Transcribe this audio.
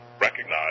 recognize